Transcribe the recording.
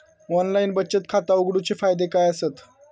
Online बचत खाता उघडूचे फायदे काय आसत?